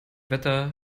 wetter